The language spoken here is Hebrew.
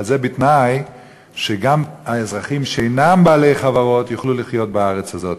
אבל זה בתנאי שגם האזרחים שאינם בעלי חברות יוכלו לחיות בארץ הזאת.